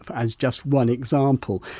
as just one example,